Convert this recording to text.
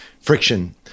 friction